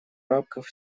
рамках